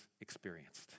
experienced